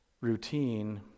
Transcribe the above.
routine